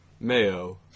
Mayo